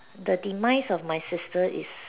the demise of my sister is